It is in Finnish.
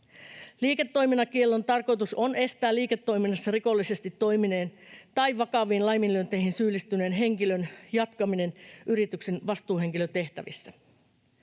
Liiketoimintakiellon tarkoitus on estää liiketoiminnassa rikollisesti toimineen tai vakaviin laiminlyönteihin syyllistyneen henkilön jatkaminen yrityksen vastuuhenkilötehtävissä.